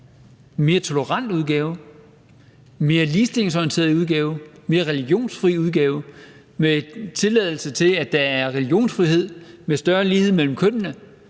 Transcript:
mere tolerant, en mere ligestillingsorienteret og en mere religionsfri udgave med tilladelse til netop religionsfrihed og større lighed mellem kønnene.